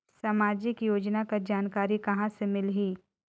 समाजिक योजना कर जानकारी कहाँ से मिलही?